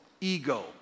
Ego